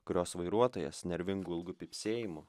kurios vairuotojas nervingu ilgu pypsėjimu